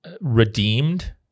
redeemed